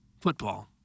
Football